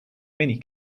many